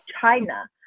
China